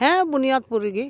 ᱦᱮᱸ ᱵᱩᱱᱭᱟᱫᱽᱯᱩᱨ ᱨᱮᱜᱮ